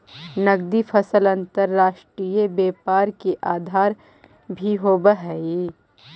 नगदी फसल अंतर्राष्ट्रीय व्यापार के आधार भी होवऽ हइ